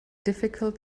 difficult